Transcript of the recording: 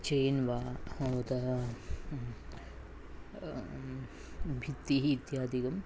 चेत् वा अवता भित्तिः इत्यादिकं